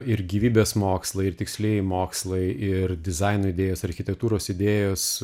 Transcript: ir gyvybės mokslai ir tikslieji mokslai ir dizaino idėjos architektūros idėjos